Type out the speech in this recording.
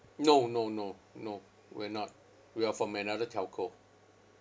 no no no no we're not we are from another telco